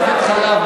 יוצא לחופש עכשיו,